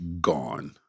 Gone